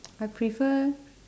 I prefer